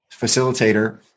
facilitator